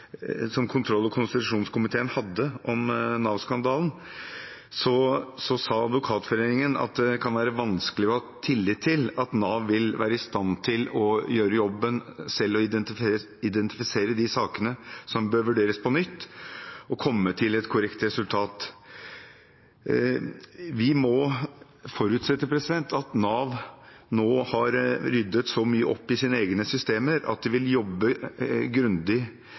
konstitusjonskomiteen hadde om Nav-skandalen, sa Advokatforeningen at det kan være vanskelig å ha tillit til at Nav selv vil være i stand til å gjøre jobben med å identifisere de sakene som bør vurderes på nytt, og komme til et korrekt resultat. Vi må forutsette at Nav nå har ryddet så mye opp i sine egne systemer at de vil jobbe grundig